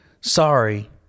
sorry